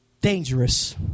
dangerous